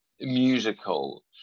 musical